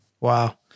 Wow